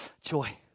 joy